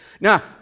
Now